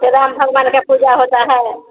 तो राम भगवान के पूजा होता है